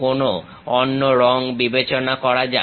কোনো অন্য রং বিবেচনা করা যাক